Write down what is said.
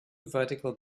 vertical